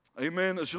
Amen